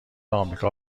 آمریکا